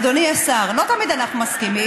אדוני השר, לא תמיד אנחנו מסכימים.